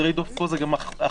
הטרייד-אוף פה זה גם הכבדה,